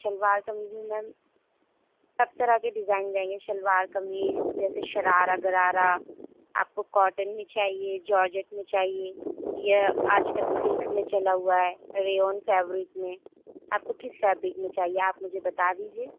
شلوار قمیض میں میم سب طرح کے ڈیزائن جائیں گے شلوار قمیض جیسے شرارا غرارا آپ کو کاٹن میں چاہیے جارجٹ میں چاہیے یا آج کل سلک میں چلا ہوا ہے ریئون فیبرک میں آپ کو کس فیبرک میں چاہیے آپ مجھے بتا دیجیے